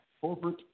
corporate